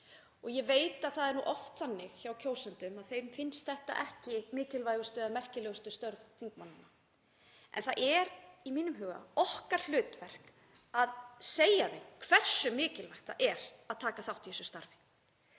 Ég veit að það er oft þannig hjá kjósendum að þeim finnst þetta ekki mikilvægustu eða merkilegustu störf þingmanna. En það er í mínum huga okkar hlutverk að segja þeim hversu mikilvægt það er að taka þátt í slíku starfi.